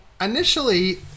initially